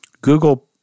Google